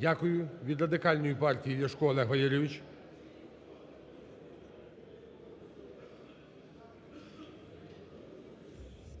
Дякую. Від Радикальної партії Ляшко Олег Валерійович.